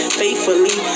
faithfully